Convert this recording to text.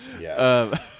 Yes